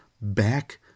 back